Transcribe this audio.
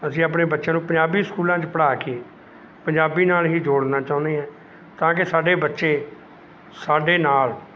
ਅਸੀਂ ਆਪਣੇ ਬੱਚਿਆਂ ਨੂੰ ਪੰਜਾਬੀ ਸਕੂਲਾਂ 'ਚ ਪੜ੍ਹਾ ਕੇ ਪੰਜਾਬੀ ਨਾਲ ਹੀ ਜੋੜਨਾ ਚਾਹੁੰਦੇ ਹਾਂ ਤਾਂ ਕਿ ਸਾਡੇ ਬੱਚੇ ਸਾਡੇ ਨਾਲ